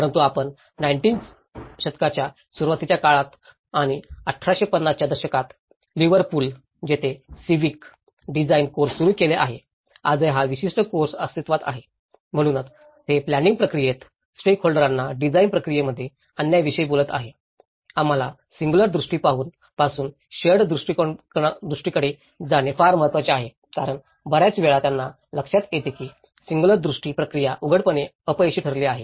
परंतु आपण 19th शतकाच्या सुरुवातीच्या काळात आणि 1850 च्या दशकात लिव्हरपूल जिथे सिविक डिझाईन कोर्स सुरू केले आहेत आजही हा विशिष्ट कोर्स अस्तित्वात आहे म्हणूनच ते प्लॅनिंग प्रक्रियेत स्टेकहोल्डरांना डिझाइन प्रक्रियेमध्ये आणण्याविषयी बोलत आहेत आम्हाला सिंग्युलर दृष्टी पासून शेअर्ड दृष्टीकडे जाणे फार महत्वाचे आहे कारण बर्याच वेळा त्यांना लक्षात येते की सिंग्युलर दृष्टी प्रक्रिया उघडपणे अपयशी ठरली आहे